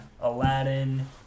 Aladdin